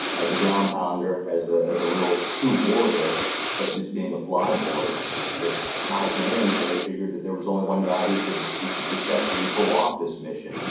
as a ground-pounder, as ah as a real, true warrior instead of just being a fly boy that high command, they figured that there was only one guy who could who could successfully pull of this mission.